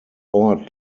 ort